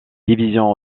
divisions